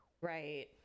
right